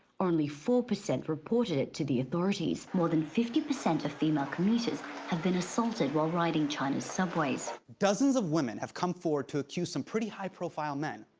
only four percent reported it to the authorities. more than fifty percent of female commuters have been assaulted while riding china's subways. dozens of women have come forward to accuse some pretty high-profile men.